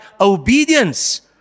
obedience